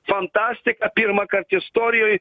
fantastika pirmąkart istorijoj